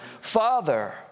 Father